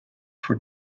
for